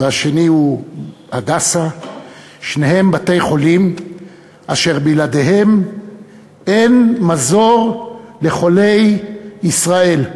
והשני הוא "הדסה"; שניהם בתי-חולים אשר בלעדיהם אין מזור לחולי ישראל.